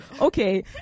okay